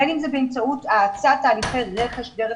בין אם זה באמצעות האצת תהליכי רכש דרך